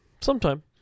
Sometime